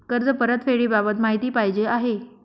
कर्ज परतफेडीबाबत माहिती पाहिजे आहे